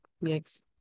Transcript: Yes